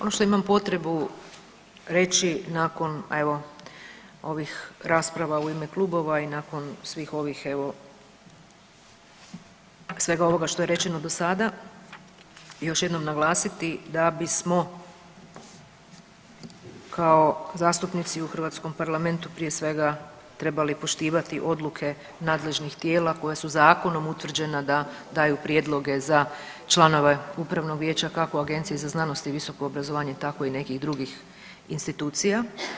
Ono što imam potrebu reći nakon evo ovih rasprava u ime klubova i nakon svih ovih evo, svega ovoga što je rečeno do sada, još jednom naglasiti da bismo kao zastupnici u hrvatskom parlamentu prije svega trebali poštivati odluke nadležnih tijela koje su zakonom utvrđena da daju prijedloge za članove upravnog vijeća kako Agencije za znanost i visoko obrazovanje tako i nekih drugih institucija.